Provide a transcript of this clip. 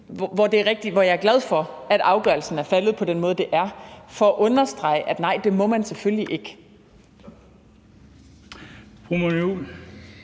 hvor jeg er glad for, at afgørelsen er faldet på den måde, den er, for at understrege, at det må man selvfølgelig ikke.